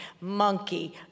monkey